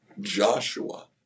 Joshua